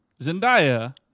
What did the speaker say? Zendaya